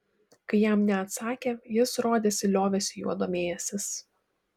kai jam neatsakė jis rodėsi liovėsi juo domėjęsis